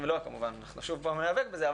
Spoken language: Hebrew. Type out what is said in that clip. אם לא, כמובן נשוב ועוד פעם נאבק בזה.